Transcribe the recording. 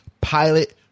pilot